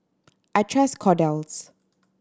I trust Kordel's